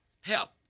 help